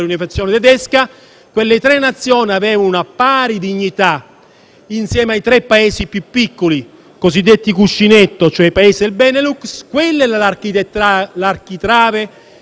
insieme ai tre Paesi più piccoli, cosiddetti cuscinetto, e cioè i Paesi del Benelux. L'architrave iniziale dell'Europa poggiava su tre Nazioni paritetiche.